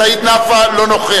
לשנת הכספים 2011, לא נתקבלו.